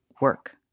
work